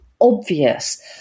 obvious